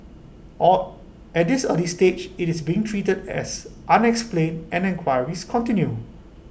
all at this early stage IT is being treated as unexplained and enquiries this continue